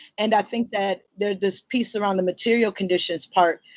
and i think that there's this piece around the material conditions part,